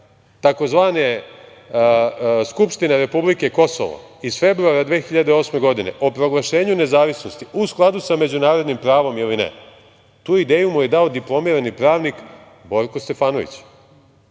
takozvane skupštine republike Kosovo iz februara 2008. godine, o proglašenju nezavisnosti, u skladu sa međunarodnim pravom ili ne? Tu ideju mu je dao diplomirani pravnik Borko Stefanović.